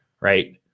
right